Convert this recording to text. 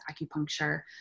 acupuncture